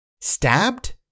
Stabbed